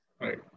right